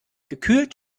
gekühlt